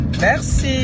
Merci